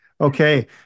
Okay